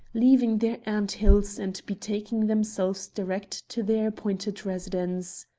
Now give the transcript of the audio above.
leaving their ant-hills, and betaking themselves direct to their appointed residence.